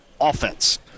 offense